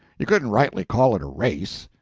you couldn't rightly call it a race.